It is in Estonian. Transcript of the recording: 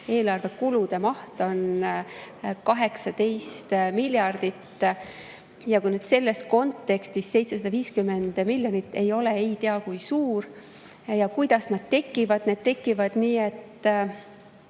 eelarve kulude maht on 18 miljardit. Selles kontekstis 750 miljonit ei ole ei tea kui suur. Ja kuidas need tekivad? Need tekivad nii, et